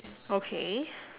okay